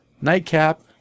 nightcap